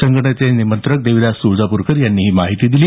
संघटनेचे निमंत्रक देविदास तुळजापूरकर यांनी ही माहिती दिली